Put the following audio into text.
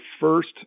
first